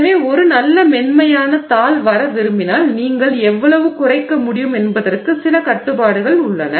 எனவே ஒரு நல்ல மென்மையான தாள் வர விரும்பினால் நீங்கள் எவ்வளவு குறைக்க முடியும் என்பதற்கு சில கட்டுப்பாடுகள் உள்ளன